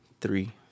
three